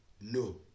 No